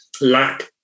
lack